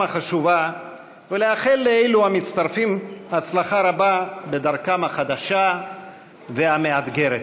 החשובה ולאחל למצטרפים הצלחה רבה בדרכם החדשה והמאתגרת.